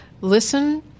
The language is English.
listen